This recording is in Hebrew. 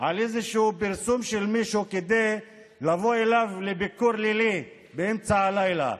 על איזה פרסום של מישהו כדי לבוא אליו לביקור לילי באמצע הלילה.